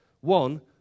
One